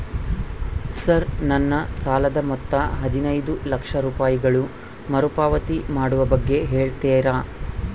Sir ನನ್ನ ಸಾಲದ ಮೊತ್ತ ಹದಿನೈದು ಲಕ್ಷ ರೂಪಾಯಿಗಳು ಮರುಪಾವತಿ ಮಾಡುವ ಬಗ್ಗೆ ಹೇಳ್ತೇರಾ?